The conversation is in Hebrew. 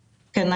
כן.